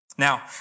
Now